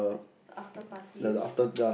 after party you mean